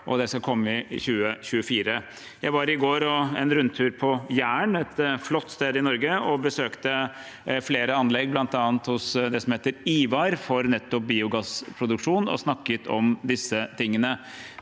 Den skal komme i 2024. Jeg var i går på en rundtur på Jæren – et flott sted i Norge – og besøkte flere anlegg, bl.a. det som heter IVAR, som driver nettopp biogassproduksjon, og snakket om disse tingene.